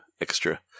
extra